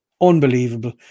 unbelievable